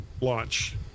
launch